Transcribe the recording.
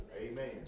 Amen